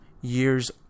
years